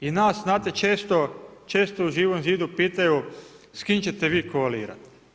I nas, znate često u Živom zidu pitaju s kim ćete vi koalirati.